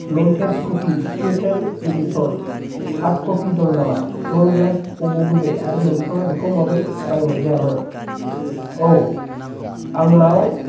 मेन्टेस copy special edition hard copy दं नामा दंब्ला बबे बबे आरो नोंथाङा बेखौ माबोरै बायनाय जायामोन औ आंनाव